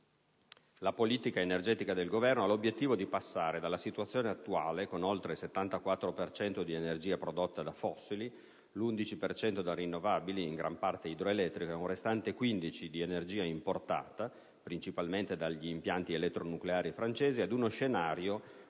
La politica energetica del Governo ha l'obiettivo di passare dalla situazione attuale, con oltre il 74 per cento di energia prodotta da fossili, l'11 per cento da fonti rinnovabili, e in gran parte dall'idroelettrico, e un restante 15 per cento da energia importata, principalmente dagli impianti elettronucleari francesi, ad uno scenario